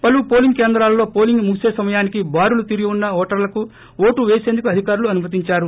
పలు పోలింగ్ కేంద్రాలలో పోలింగ్ ముగిసే సమయానికి భారులు తీరివున్న వోటర్లకు వోటు వేసేందుకు అధికారులు అనుమతించారు